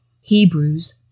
Hebrews